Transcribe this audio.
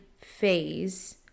phase